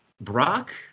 Brock